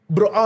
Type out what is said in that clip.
Bro